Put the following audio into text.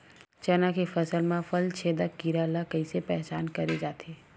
चना के फसल म फल छेदक कीरा ल कइसे पहचान करे जाथे?